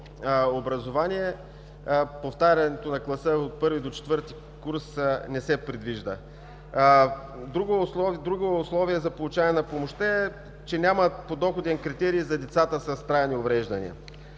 приехте, повтаряне на класа – от първи до четвърти клас, не се предвижда. Друго условие за получаване на помощта е, че няма подоходен критерий за децата с трайни увреждания.